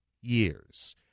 years